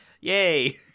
Yay